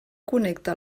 connecta